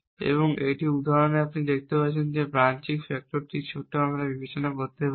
এবং এই উদাহরণে আপনি দেখতে পাচ্ছেন যে ব্রাঞ্চিং ফ্যাক্টরটি ছোট আমরা বিবেচনা করতে পারি